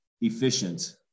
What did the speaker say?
efficient